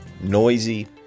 noisy